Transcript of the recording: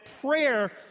prayer